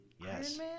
Yes